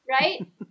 Right